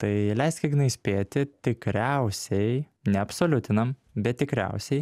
tai leisk ignai spėti tikriausiai neabsoliutinam bet tikriausiai